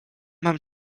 mam